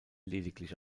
lediglich